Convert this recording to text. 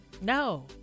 No